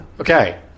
okay